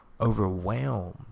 overwhelmed